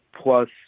plus